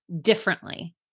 differently